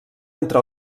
entre